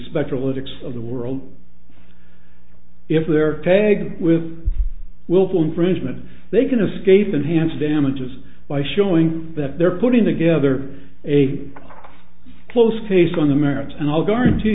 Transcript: spectral effects of the world if they're taken with willful infringement they can escape enhanced damages by showing that they're putting together a close case on the